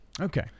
Okay